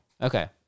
Okay